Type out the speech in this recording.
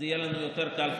אז יהיה לנו יותר קל,